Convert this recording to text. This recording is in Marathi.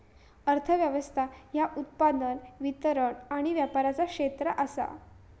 अर्थ व्यवस्था ह्या उत्पादन, वितरण आणि व्यापाराचा क्षेत्र आसा